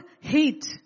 hate